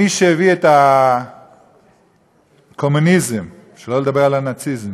מי שהביא את הקומוניזם, שלא לדבר על הנאציזם,